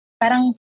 parang